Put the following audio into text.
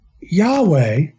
Yahweh